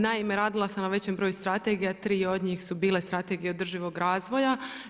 Naime, radila sam na većem broju Strategija, tri od njih su bile Strategije održivog razvoja.